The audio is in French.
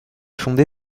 fondé